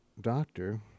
doctor